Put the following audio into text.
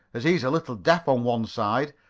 as he's a little deaf on one side,